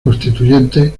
constituyente